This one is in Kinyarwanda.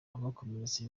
abakomeretse